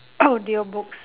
audiobooks